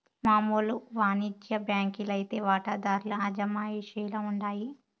మామూలు వానిజ్య బాంకీ లైతే వాటాదార్ల అజమాయిషీల ఉండాయి